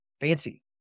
fancy